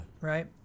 Right